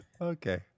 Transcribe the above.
Okay